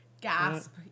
Gasp